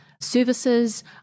services